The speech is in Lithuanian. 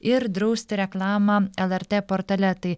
ir drausti reklamą lrt portale tai